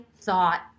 thought